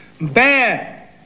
Bad